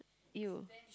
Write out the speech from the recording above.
you